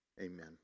Amen